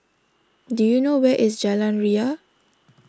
do you know where is Jalan Ria